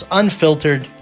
unfiltered